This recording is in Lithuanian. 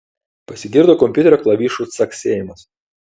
pasigirdo kompiuterio klavišų caksėjimas